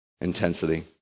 intensity